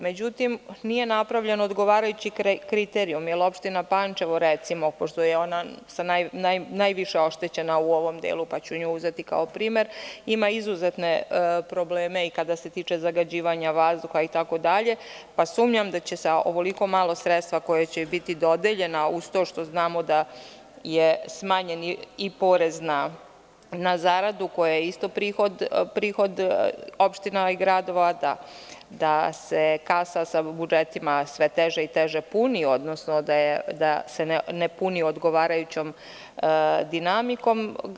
Međutim, nije napravljen odgovarajući kriterijum, jer opština Pančevo, recimo, pošto je ona najviše oštećena u ovom delu, pa nju uzeti kao primer, ima izuzetne probleme i kada se tiče zagađivanja vazduha, itd, pa sumnjam da će sa ovoliko malo sredstava koja će joj biti dodeljena, uz to što znamo je smanjen i porez na zaradu koja je isto prihod opština i gradova, da se kasa sa budžetima sve teže i teže puni, odnosno da se ne puni odgovarajućom dinamikom.